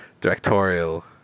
directorial